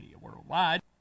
Worldwide